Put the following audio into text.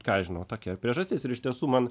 ką žinau tokia ir priežastis ir iš tiesų man